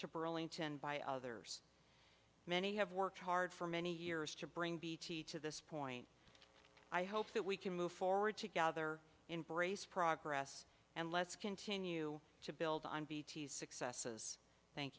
to burlington by others many have worked hard for many years to bring bt to this point i hope that we can move forward together embrace progress and let's continue to build on successes thank